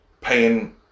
paying